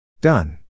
Done